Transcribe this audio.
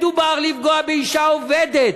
מדובר בלפגוע באישה עובדת,